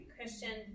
Christian